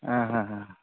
অঁ